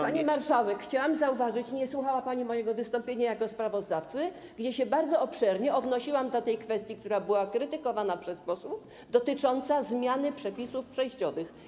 Pani marszałek, chciałam zauważyć, że nie słuchała pani mojego wystąpienia jako sprawozdawcy, podczas którego bardzo obszernie odnosiłam się do tej kwestii, która była krytykowana przez posłów, dotyczącej zmiany przepisów przejściowych.